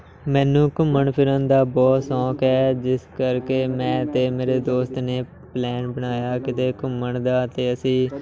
ਮੈਨੂੰ ਘੁੰਮਣ ਫਿਰਨ ਦਾ ਬਹੁਤ ਸ਼ੌਕ ਹੈ ਜਿਸ ਕਰਕੇ ਮੈਂ ਅਤੇ ਮੇਰੇ ਦੋਸਤ ਨੇ ਪਲੈਨ ਬਣਾਇਆ ਕਿਤੇ ਘੁੰਮਣ ਦਾ ਅਤੇ ਅਸੀਂ